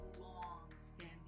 long-standing